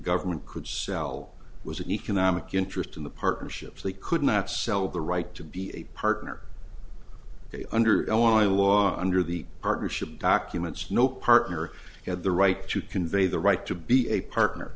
government could sell was an economic interest in the partnerships they could not sell the right to be a partner under illinois law under the partnership documents no partner had the right to convey the right to be a partner